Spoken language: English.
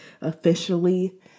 officially